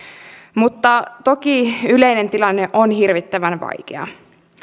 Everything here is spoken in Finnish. mutta toki yleinen tilanne on hirvittävän vaikea